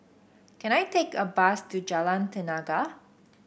can I take a bus to Jalan Tenaga